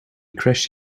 crashed